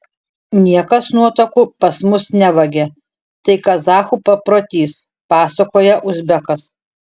niekas nuotakų pas mus nevagia tai kazachų paprotys pasakoja uzbekas